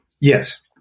Yes